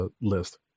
list